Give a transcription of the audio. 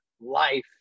life